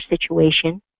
situation